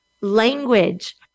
language